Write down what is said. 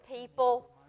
people